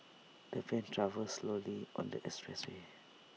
the van travelled slowly on the expressway